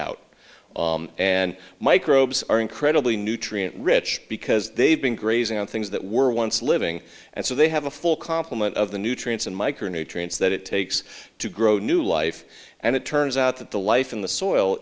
out and microbes are incredibly nutrient rich because they've been grazing on things that were once living and so they have a full complement of the nutrients and micronutrients that it takes to grow new life and it turns out that the life in the soil